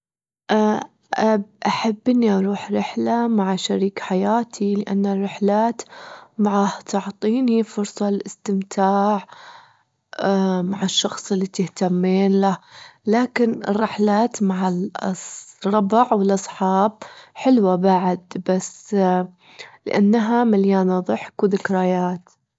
أحب إني أروح رحلة مع شريك حياتي، لأن الرحلات معه تعطيني فرصة للأستمتاع مع الشخص اللي تهتمين له، لكن الرحلات مع االأسرة- والأصحاب حلوة بعد بس لأنها مليانة ضحك وذكريات.